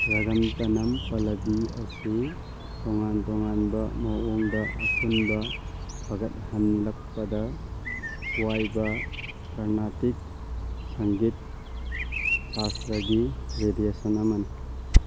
ꯔꯒꯝ ꯇꯅꯝ ꯄꯂꯚꯤ ꯑꯁꯤ ꯇꯣꯉꯥꯟ ꯇꯣꯉꯥꯟꯕ ꯃꯑꯣꯡꯗ ꯑꯄꯨꯟꯕ ꯐꯒꯠ ꯍꯜꯂꯛꯄꯗ ꯋꯥꯏꯕ ꯀꯔꯅꯥꯇꯤꯛ ꯁꯪꯒꯤꯠ ꯁꯥꯁꯇ꯭ꯔꯒꯤ ꯔꯦꯗꯤꯌꯦꯁꯟ ꯑꯃꯅꯤ